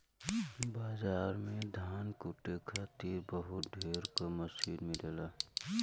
बाजार में धान कूटे खातिर बहुत ढेर क मसीन मिलेला